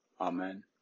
Amen